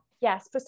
Yes